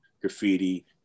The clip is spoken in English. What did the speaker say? graffiti